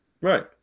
Right